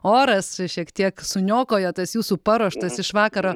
oras šiek tiek suniokojo tas jūsų paruoštas iš vakaro